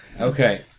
Okay